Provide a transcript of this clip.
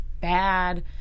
bad